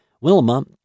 Wilma